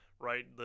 right